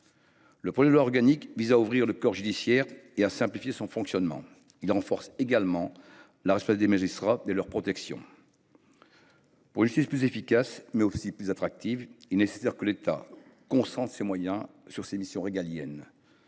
Le projet de loi organique vise à ouvrir le corps judiciaire et à simplifier son fonctionnement. Il renforce également la responsabilité des magistrats et leur protection. Pour une justice plus efficace, mais aussi plus attractive, il est nécessaire que l’État concentre ses moyens sur ses missions régaliennes.